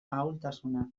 ahultasuna